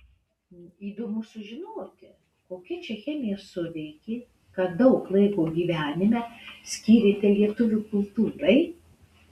įdomu sužinoti kokia čia chemija suveikė kad daug laiko gyvenime skyrėte lietuvių kultūrai